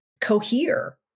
cohere